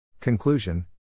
Conclusion